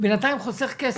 בינתיים חוסך כסף.